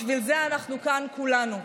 בשביל זה אנחנו כאן כולנו.